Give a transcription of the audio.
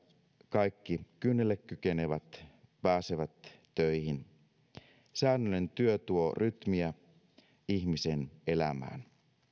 kaikki kynnelle kykenevät pääsevät töihin säännöllinen työ tuo rytmiä ihmisen elämään